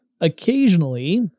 Occasionally